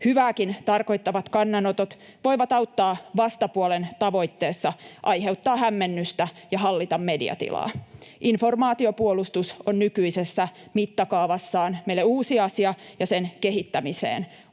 Hyvääkin tarkoittavat kannanotot voivat auttaa vastapuolen tavoitteessa aiheuttaa hämmennystä ja hallita mediatilaa. Informaatiopuolustus on nykyisessä mittakaavassaan meille uusi asia, ja sen kehittämiseen